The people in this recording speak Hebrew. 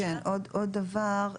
כן, עוד דבר.